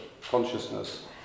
consciousness